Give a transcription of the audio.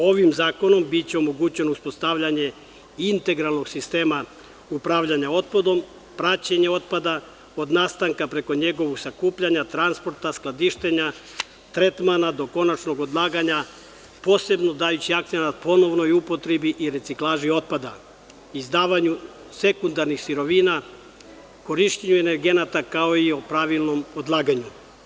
Ovim zakonom biće omogućeno uspostavljanje integralnog sistema upravljanja otpadom, praćenje otpada od nastanka preko njegovog sakupljanja, transporta, skladištenja, tretmana do konačnog odlaganja, posebno dajući akcenat polovnoj upotrebi i reciklaži otpada, izdavanju sekundarnih sirovina, korišćenju energenata kao i o pravilnom odlaganju.